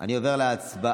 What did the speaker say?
אני עובר להצבעה.